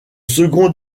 second